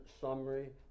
summary